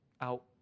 out